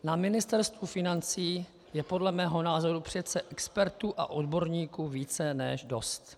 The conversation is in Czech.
Na Ministerstvu financí je podle mého názoru přece expertů a odborníků více než dost.